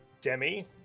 Demi